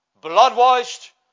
blood-washed